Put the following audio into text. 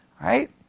Right